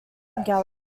gallery